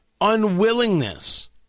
unwillingness